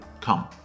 Come